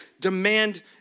demand